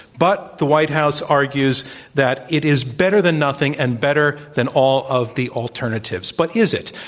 but the white house argues that it is better than nothing and better than all of the alternatives. but is it?